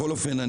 בכל אופן,